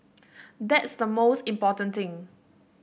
that's the most important thing